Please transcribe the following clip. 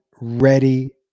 ready